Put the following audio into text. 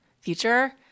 future